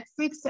Netflix